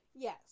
Yes